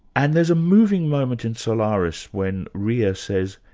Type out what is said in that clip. and there's a moving moment in solaris when rheya says,